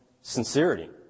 sincerity